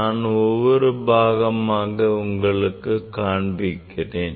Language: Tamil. நான் ஒவ்வொரு பாகமாக உங்களுக்கு காண்பிக்கிறேன்